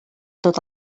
tot